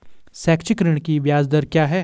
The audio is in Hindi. शैक्षिक ऋण की ब्याज दर क्या है?